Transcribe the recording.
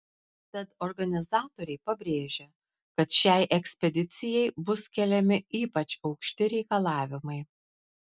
tad organizatoriai pabrėžia kad šiai ekspedicijai bus keliami ypač aukšti reikalavimai